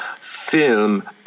film